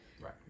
Right